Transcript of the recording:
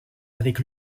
avec